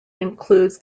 includes